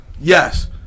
Yes